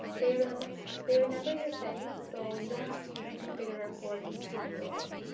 they remember they remember your settings so you don't have to reconfigure a report each time you open it.